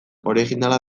originala